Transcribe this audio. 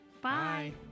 Bye